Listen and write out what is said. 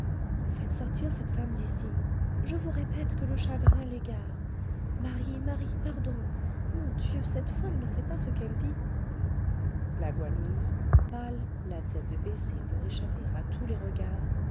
faites sortir cette femme d'ici je vous répète que le chagrin l'égare marie marie pardon mon dieu cette folle ne sait pas ce qu'elle dit la goualeuse pâle la tête baissée pour échapper à tous les regards